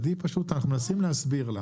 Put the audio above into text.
אנחנו מנסים להסביר לה